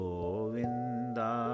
Govinda